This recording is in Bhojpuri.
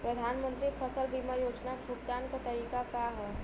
प्रधानमंत्री फसल बीमा योजना क भुगतान क तरीकाका ह?